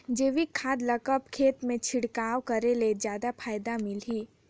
जैविक खाद ल कब खेत मे छिड़काव करे ले जादा फायदा मिलही?